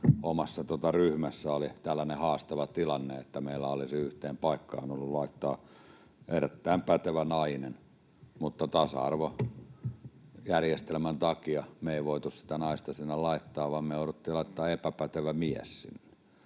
omassa ryhmässä oli tällainen haastava tilanne, että meillä olisi yhteen paikkaan ollut laittaa erittäin pätevä nainen, mutta tasa-arvojärjestelmän takia me ei voitu sitä naista sinne laittaa vaan me jouduttiin laittamaan epäpätevä mies sinne.